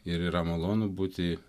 ir yra malonu būti